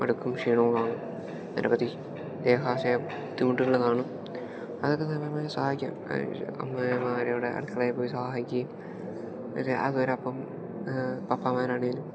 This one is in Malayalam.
മടുക്കും ക്ഷീണവും കാണും നിരവധി ദേഹാശയ ബുദ്ധിമുട്ടുകൾ കാണും അതൊക്കെ നമ്മൾ അവരെ സഹായിക്കാം അമ്മമാരോടെ അടുക്കളയിൽ പോയി സഹായിക്കുകയും അവരെ അവരോടൊപ്പം പപ്പമാരാണേലും